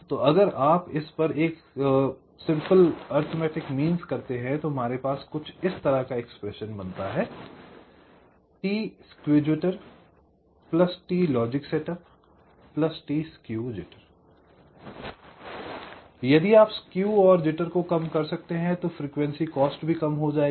तो अगर आप इस पर एक साधारण मीन्स अरिथमेटिक करते हैं तो हमारे पास कुछ इस तरह का एक्सप्रेशन आता है t skew jitter t logic setup t skew jitter t skew jitter t logic setup t skew jitter यदि आप स्केव और जिटर को कम कर सकते हैं तो फ्रीक्वेंसी कॉस्ट भी कम हो जाएगी